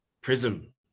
prism